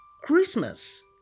Christmas